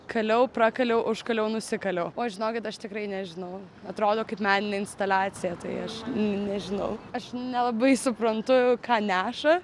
kaliau prakaliau užkaliau nusikaliau oi žinokit aš tikrai nežinau atrodo kaip meninė instaliacija tai aš nežinau aš nelabai suprantu ką neša